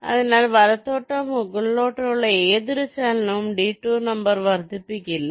അതിനാൽ വലത്തോട്ടോ മുകളിലോട്ടോ ഉള്ള ഏതൊരു ചലനവും ഡിടൂർ നമ്പർ വർദ്ധിപ്പിക്കില്ല